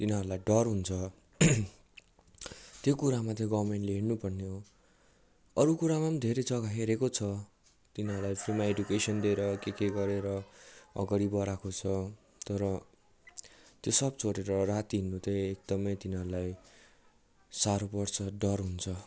तिनीहरूलाई डर हुन्छ त्यो कुरामा चाहिँ गभर्मेन्टले हेर्नु पर्ने हो अरू कुरामा पनि धेरै जग्गा हेरेको छ तिनीहरूलाई फ्रिममा एडुकेसन दिएर के के गरेर अगाडि बढाएको छ तर त्यो सब छोडेर राति हिँड्नु चाहिँ एकदमै तिनीहरूलाई साह्रो पर्छ डर हुन्छ